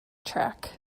track